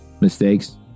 mistakes